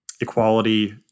equality